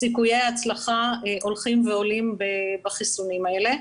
סיכויי ההצלחה הולכים ועולים בחיסונים האלה.